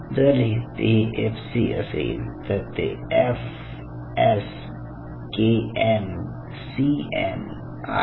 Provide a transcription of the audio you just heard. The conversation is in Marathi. जर हे एफसी असेल तर ते F S K M C M आहे